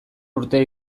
urtea